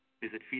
Visit